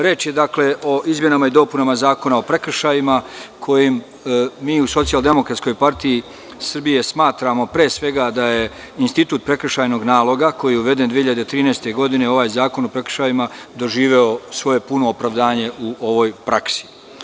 Reč je o izmenama i dopunama Zakona o prekršajima, kojim mi u SDPS smatramo, pre svega, da je institut prekršajnog naloga koji je uveden 2013. godine u ovaj zakon o prekršajima, doživeo svoje puno opravdanje u ovoj praksi.